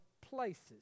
places